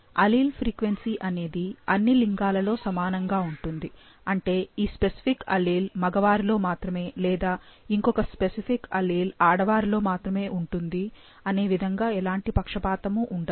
allele frequency అనేది అన్ని లింగాలలో సమానంగా ఉంటుంది అంటే ఈ స్పెసిఫిక్ అల్లీల్ మగవారిలో మాత్రమే లేదా ఇంకొక స్పెసిఫిక్ అల్లీల్ ఆడవారిలో మాత్రమే ఉంటుంది అనే విధంగా ఎలాంటి పక్షపాతము ఉండదు